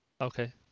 Okay